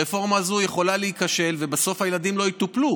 הרפורמה הזאת יכולה להיכשל ובסוף הילדים לא יטופלו.